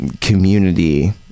community